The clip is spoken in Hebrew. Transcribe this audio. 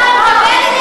שלי,